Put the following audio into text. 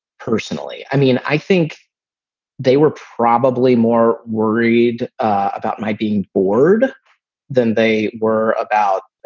personally. i mean, i think they were probably more worried about my being word than they were about